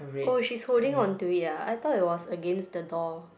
oh she's holding on to it ah I thought it was against the door